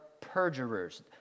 perjurers